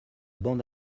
bande